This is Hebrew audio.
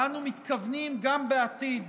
ואנו מתכוונים גם בעתיד